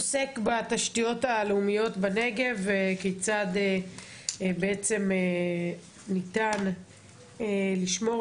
עוסק בתשתיות הלאומיות בנגב וכיצד בעצם ניתן לשמור